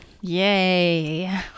yay